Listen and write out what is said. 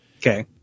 Okay